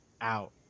out